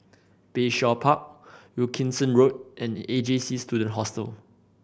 Bayshore Park Wilkinson Road and A J C Student Hostel